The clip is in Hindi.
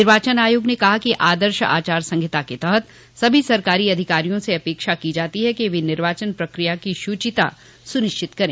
निर्वाचन आयोग ने कहा कि आदर्श आचार संहिता के तहत सभी सरकारी अधिकारियों से अपेक्षा की जाती है कि वे निर्वाचन प्रक्रिया की शुचिता सुनिश्चित करें